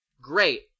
Great